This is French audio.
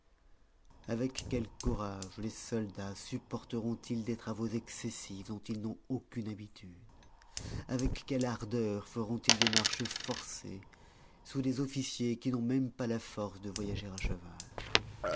avec quel courage les soldats supporteront ils des travaux excessifs dont ils n'ont aucune habitude avec quelle ardeur feront-ils des marches forcées sous des officiers qui n'ont pas même la force de voyager à cheval